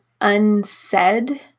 unsaid